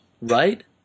right